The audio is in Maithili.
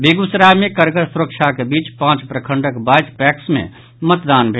बेगूसराय मे कड़गर सुरक्षाक के बीच पांच प्रखंडक बाईस पैक्स मे मतदान भेल